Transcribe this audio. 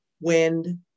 wind